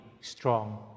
strong